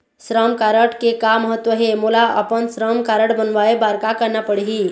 श्रम कारड के का महत्व हे, मोला अपन श्रम कारड बनवाए बार का करना पढ़ही?